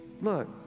Look